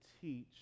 teach